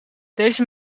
deze